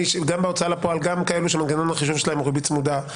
בהוצאה לפועל גם כאלו שמנגנון החישוב שלהם הוא ריבית צמודה,